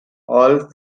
all